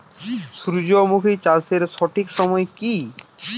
সূর্যমুখী চাষের সঠিক সময় কি?